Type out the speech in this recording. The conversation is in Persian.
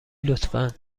لطفا